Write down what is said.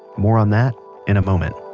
more on that in a moment